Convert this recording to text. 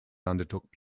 undertook